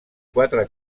quatre